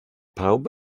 pawb